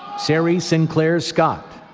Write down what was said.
sarie synclair scott.